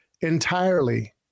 entirely